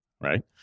right